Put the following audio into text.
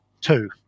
two